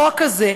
החוק הזה,